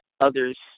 others